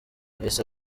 yahise